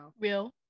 Real